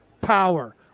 power